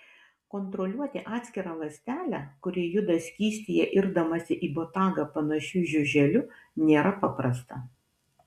kontroliuoti atskirą ląstelę kuri juda skystyje irdamasi į botagą panašiu žiuželiu nėra paprasta